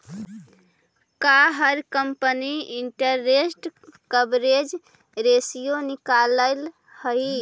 का हर company interest coverage ratio निकालअ हई